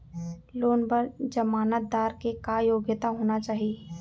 Loan बर जमानतदार के का योग्यता होना चाही?